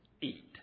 Eat